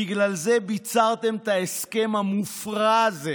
בגלל זה ביצרתם את ההסכם המופרע הזה